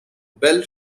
bell